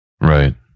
Right